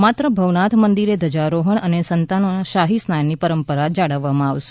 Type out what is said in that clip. માત્ર ભવનાથ મંદિરે ધજારોહણ અને સંતોના શાહી સ્નાનની પરંપરા જાળવવામાં આવશે